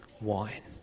wine